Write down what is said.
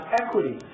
equity